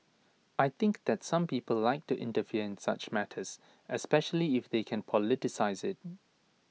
I think that some people like to interfere in such matters especially if they can politicise IT